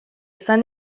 izan